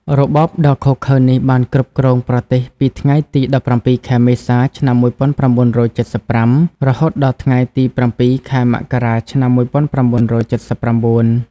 របបដ៏ឃោរឃៅនេះបានគ្រប់គ្រងប្រទេសពីថ្ងៃទី ១៧ ខែមេសា ឆ្នាំ១៩៧៥ រហូតដល់ថ្ងៃទី ៧ ខែមករា ឆ្នាំ១៩៧៩។